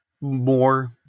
more